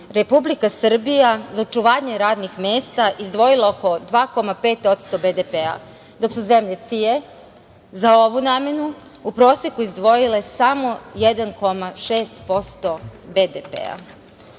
Republika Srbija za očuvanje radnih mesta izdvojila oko 2,5% BDP, dok su zemlje CIA za ovu namenu u proseku izdvojile samo 1,6% BDP.Osim